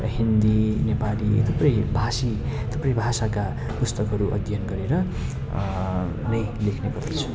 हिन्दी नेपाली थुप्रै भाषी थुप्रै भाषाका पुस्तकहरू अध्ययन गरेर नै लेख्ने गर्छु